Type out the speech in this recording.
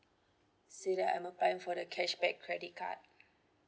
say that I'm applying for the cashback credit card